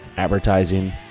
advertising